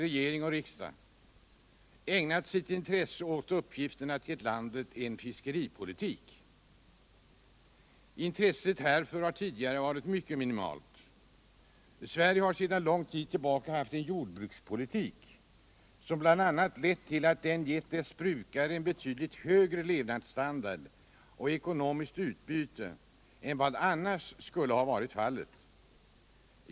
regering som riksdag, ägnat sitt intresse åt uppgiften att ge landet en fiskeripolitik. Intresset härför har tidigare varit mycket minimalt. Sverige har sedan lång tid tillbaka haft en jordbrukspolitik som bl.a. lett till att den geu dess brukare betydligt högre levnadsstandard och ekonomiskt utbyte än vad annars skulle ha varit fallet.